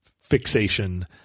fixation